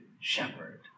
shepherd